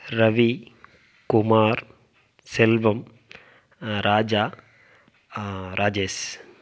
Ravi Kumar Selvam Raja Rajesh